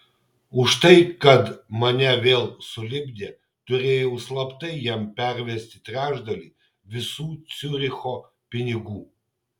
už tai kad mane vėl sulipdė turėjau slaptai jam pervesti trečdalį visų ciuricho pinigų